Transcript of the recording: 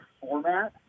format